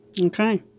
okay